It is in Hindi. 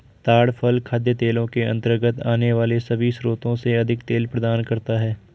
ताड़ फल खाद्य तेलों के अंतर्गत आने वाले सभी स्रोतों से अधिक तेल प्रदान करता है